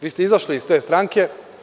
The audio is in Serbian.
Vi ste izašli iz te stranke…